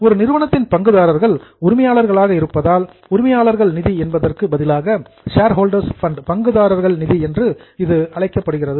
ஒரு நிறுவனத்தின் பங்குதாரர்கள் உரிமையாளர்களாக இருப்பதால் உரிமையாளர்கள் நிதி என்பதற்கு பதிலாக ஷேர்ஹொல்டர்ஸ் ஃபண்ட் பங்குதாரர்கள் நிதி என்றும் இது அழைக்கப்படுகிறது